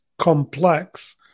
complex